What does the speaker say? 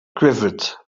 quivered